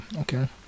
Okay